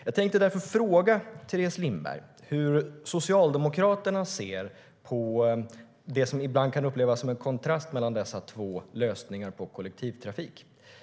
Jag tänkte därför fråga Teres Lindberg hur Socialdemokraterna ser på det som ibland kan upplevas som en kontrast mellan dessa två lösningar på kollektivtrafik.